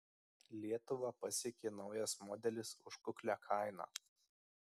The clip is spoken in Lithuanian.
lietuvą pasiekė naujas modelis už kuklią kainą